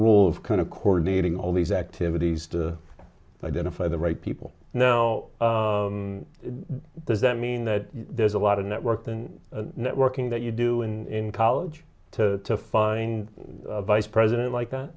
rule of kind of course meeting all these activities to identify the right people now does that mean that there's a lot of networking networking that you do in college to find a vice president like that